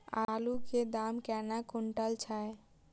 आलु केँ दाम केना कुनटल छैय?